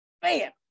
Bam